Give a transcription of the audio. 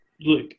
Look